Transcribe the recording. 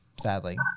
Sadly